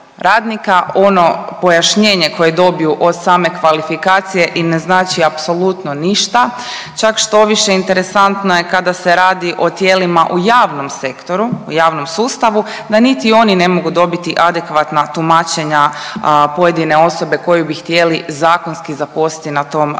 radnika ono pojašnjenje koje dobiju od same kvalifikacije im ne znači apsolutno ništa. Čak štoviše interesantno je kada se radi o tijelima u javnom sektoru, u javnom sustavu da niti oni ne mogu dobiti adekvatna tumačenja pojedine osobe koju bi htjeli zakonski zaposliti na tom radnom